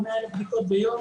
היא 100,000 בדיקות ביום,